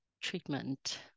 treatment